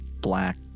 black